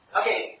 okay